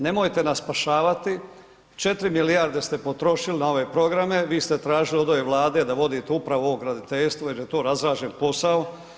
Nemojte nas spašavati, 4 milijarde ste potrošili na ove programe, vi ste tražili od ove Vlade da vodite upravo ovo graditeljstvo jer je to razrađen posao.